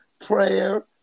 prayer